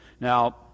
Now